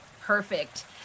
Perfect